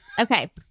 Okay